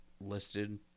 listed